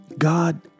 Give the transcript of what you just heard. God